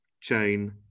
chain